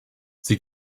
sie